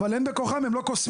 אבל אין בכוחם, הם לא קוסמים.